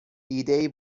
ایدهای